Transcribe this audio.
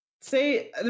Say